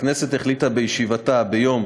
הכנסת החליטה בישיבתה ביום